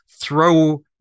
throw